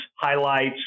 highlights